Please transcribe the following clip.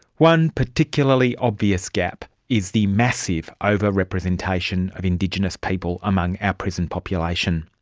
one particularly obvious gap is the massive overrepresentation of indigenous people among our prison population.